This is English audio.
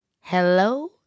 Hello